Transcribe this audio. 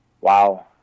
Wow